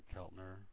Keltner